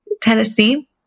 Tennessee